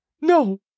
No